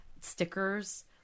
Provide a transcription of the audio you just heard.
stickers